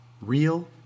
Real